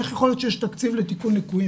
איך יכול להיות שיש תקציב לתיקון ליקויים